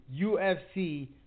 UFC